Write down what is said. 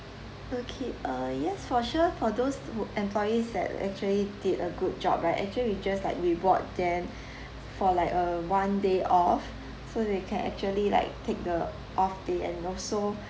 okay uh yes for sure for those wor~ employees that actually did a good job right actually we just like reward them for like a one day off so they can actually like take the off day and you know so